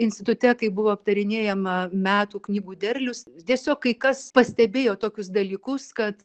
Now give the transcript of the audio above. institute kai buvo aptarinėjama metų knygų derlius tiesiog kai kas pastebėjo tokius dalykus kad